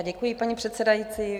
Děkuji, paní předsedající.